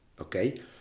okay